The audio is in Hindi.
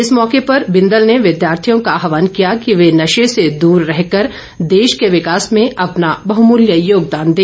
इस मौके पर बिदंल ने विद्यार्थियों का आहवान किया कि वे नशे से दूर रहकर देश के विकास में अपना बहमूल्य योगदान दें